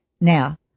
Now